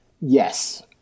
Yes